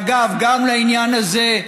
ואגב, גם לעניין הזה,